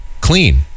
clean